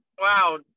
wow